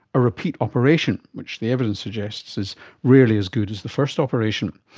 a repeat operation, which the evidence suggests is rarely as good as the first operation.